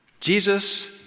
Jesus